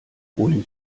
wohin